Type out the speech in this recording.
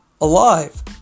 alive